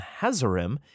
Hazarim